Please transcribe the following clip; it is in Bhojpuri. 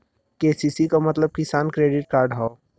के.सी.सी क मतलब किसान क्रेडिट कार्ड हौ